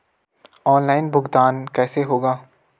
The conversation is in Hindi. ऑनलाइन भुगतान कैसे होगा?